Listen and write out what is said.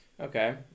Okay